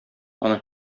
аның